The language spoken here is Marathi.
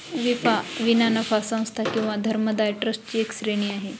विना नफा संस्था किंवा धर्मदाय ट्रस्ट ची एक श्रेणी आहे